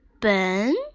Ben